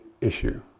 issue